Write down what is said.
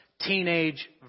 Teenage